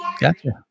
gotcha